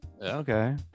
Okay